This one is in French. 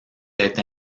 être